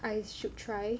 I should try